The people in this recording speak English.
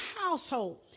household